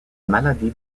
maladie